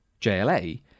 JLA